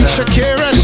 Shakira